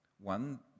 One